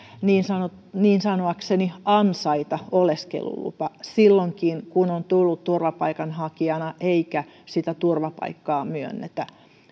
niin sanoakseni ansaita oleskelulupa silloinkin kun on tullut turvapaikanhakijana eikä sitä turvapaikkaa myönnetä